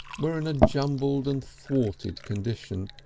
were in a jumbled and thwarted condition,